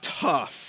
tough